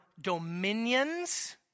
dominions